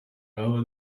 yaba